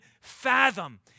fathom